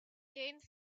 gained